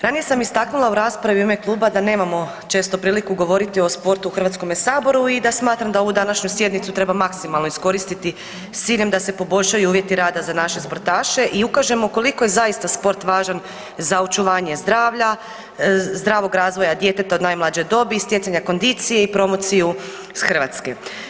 Ranije sam istaknula u raspravi u ime kluba da nemamo često priliku govoriti o sportu u HS-u i da smatram da ovu današnju sjednicu treba maksimalno iskoristiti s ciljem da se poboljšaju uvjeti rada za naše sportaše i ukažemo koliko je zaista sport važan za očuvanje zdravlja, zdravog razvoja djeteta od najmlađe dobi i stjecanja kondicije i promociju Hrvatske.